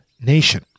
nation